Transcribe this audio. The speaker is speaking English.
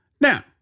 Now